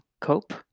cope